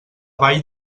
vall